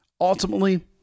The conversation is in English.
ultimately